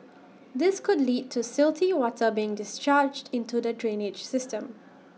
this could lead to silty water being discharged into the drainage system